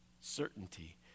Certainty